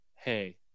hey